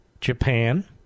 Japan